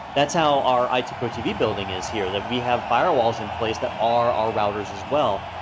that's how our itpro tv building is here, that we have firewalls in place that are our routers as well,